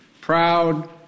proud